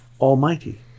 almighty